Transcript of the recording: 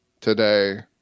today